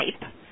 type